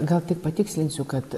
gal tik patikslinsiu kad